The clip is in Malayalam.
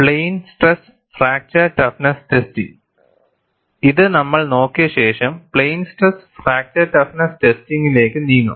plain stress fracture toughness testing ഇത് നമ്മൾ നോക്കിയ ശേഷം പ്ലെയിൻ സ്ട്രെസ് ഫ്രാക്ചർ ടഫ്നെസ് ടെസ്റ്റിംഗിലേക്ക് നീങ്ങും